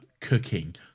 cooking